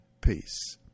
peace